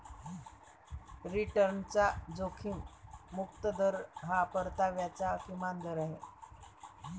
रिटर्नचा जोखीम मुक्त दर हा परताव्याचा किमान दर आहे